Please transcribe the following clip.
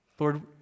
Lord